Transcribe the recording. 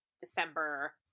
December